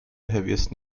heaviest